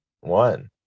one